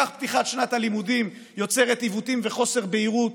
כך פתיחת שנת הלימודים יוצרת עיוותים וחוסר בהירות